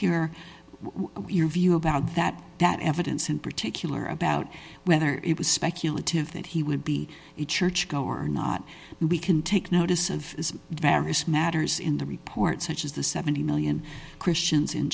hear your view about that that evidence in particular about whether it was speculative that he would be a church goer or not we can take notice of various matters in the report such as the seventy million dollars christians in